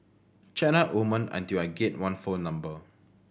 chat up women until I get one phone number